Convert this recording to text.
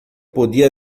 podia